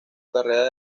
carrera